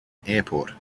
airport